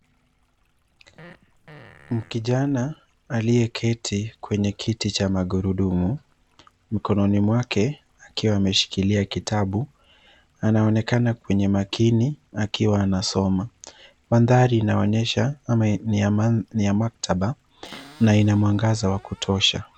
Kijana aliyeketi kwenye kiti cha magurudumu mkononi mwake akiwa ameshikilia kitabu. Anaonekana mwenye makini akiwa anasoma. Mandhari inaonyesha ama ni ya maktaba na ina mwangaza wa kutosha.